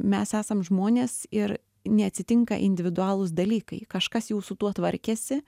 mes esam žmonės ir neatsitinka individualūs dalykai kažkas jau su tuo tvarkėsi